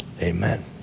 Amen